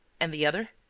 and the other?